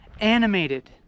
animated